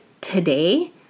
today